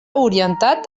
orientat